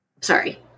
sorry